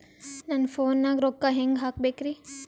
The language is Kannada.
ನನ್ನ ಫೋನ್ ನಾಗ ರೊಕ್ಕ ಹೆಂಗ ಹಾಕ ಬೇಕ್ರಿ?